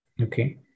okay